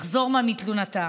לחזור בה מתלונתה.